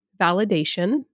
validation